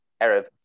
Arab